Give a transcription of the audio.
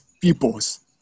peoples